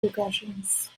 regressions